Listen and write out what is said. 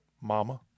Mama